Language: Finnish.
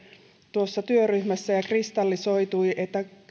tuossa työryhmässä ja kristallisoitui että